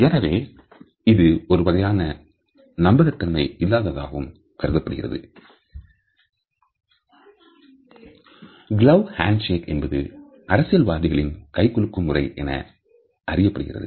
எனவே இது ஒருவகையான நம்பகத்தன்மைஇல்லாததாகவும் கருதப்படுகிறது கிலோவ் ஹேண்ட் சேக் என்பது அரசியல்வாதிகளின் கைகுலுக்கும் முறை என அறியப்படுகிறது